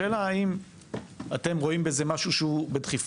השאלה היא האם אתם רואים בזה משהו שהוא בדחיפות,